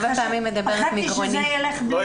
פחדתי שזה ילך לאיבוד.